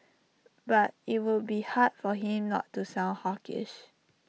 but IT will be hard for him not to sound hawkish